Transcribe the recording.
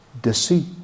deceit